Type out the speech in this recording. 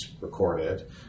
recorded